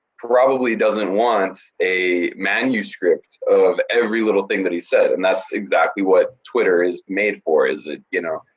probably doesn't want a manuscript of every little thing that he said, and that's exactly what twitter is made for, is it, y'know,